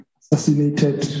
assassinated